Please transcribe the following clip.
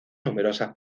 numerosas